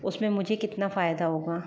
उसमें मुझे कितना फ़ायदा होगा